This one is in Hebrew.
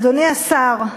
אדוני השר,